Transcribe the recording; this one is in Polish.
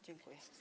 Dziękuję.